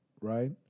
right